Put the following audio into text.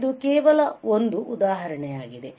ಇದು ಕೇವಲ ಒಂದು ಉದಾಹರಣೆಯಾಗಿದೆ